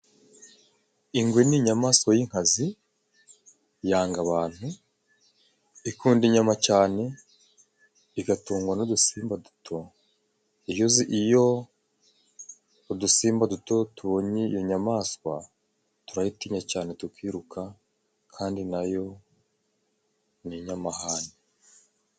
Ingwe ni inyamaswa y'inkazi yanga abantu, ikunda inyama cane igatungwa n'udusimba duto. Iyo udusimba duto tubonye iyo nyamaswa turayitinya cyane tukiruka, kandi nayo ni inyamahane.